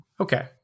Okay